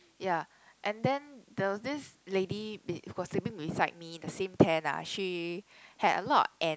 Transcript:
ya and then there was this lady be~ who was sleeping beside me the same tent ah she had a lot of ant